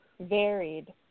varied